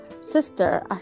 sister